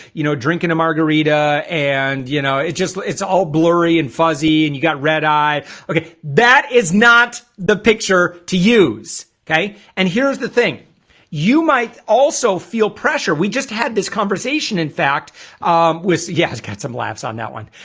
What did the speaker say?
you know drinking a margarita and you know, it's just it's all blurry and fuzzy and you got redeye okay, that is not the picture to use. okay, and here's the thing you might also feel pressure. we just had this conversation. in fact with yes got some laughs on that one